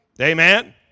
Amen